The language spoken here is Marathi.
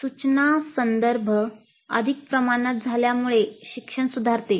सूचना संदर्भ अधिक प्रामाणिक झाल्यामुळे शिक्षण सुधारते